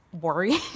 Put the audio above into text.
worry